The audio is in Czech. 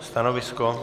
Stanovisko?